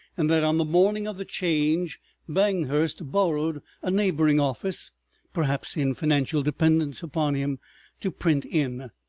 and that on the morning of the change banghurst borrowed a neighboring office perhaps in financial dependence upon him to print in.